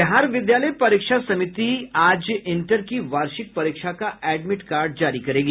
बिहार विद्यालय परीक्ष समिति आज इंटर की वार्षिक परीक्षा का एडमिट कार्ड जारी करेगी